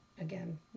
again